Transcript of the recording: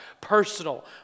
personal